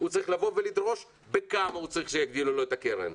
הוא צריך לבוא ולדרוש בכמה הוא צריך שיגדילו לו את הקרן.